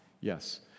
yes